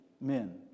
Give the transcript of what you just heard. men